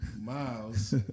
Miles